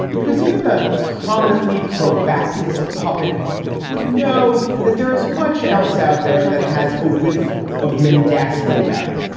because even the prominently pro bassist puppet would know that there is much else out there that has a whiff of mendacity about it.